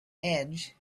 edge